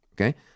Okay